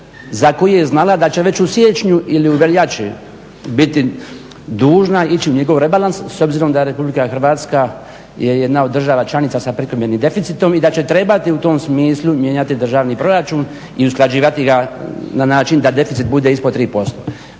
za koji je znala da će već u siječnju ili u veljači biti dužna ići u njegov rebalans s obzirom da RH je jedna od država članica sa prekomjernim deficitom i da će trebati u tom smislu mijenjati državni proračun i usklađivati ga na način da deficit bude ispod 3%.